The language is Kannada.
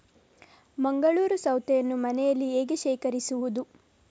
ಮಂಗಳೂರು ಸೌತೆಯನ್ನು ಮನೆಯಲ್ಲಿ ಹೇಗೆ ಶೇಖರಿಸುವುದು?